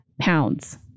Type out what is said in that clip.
pounds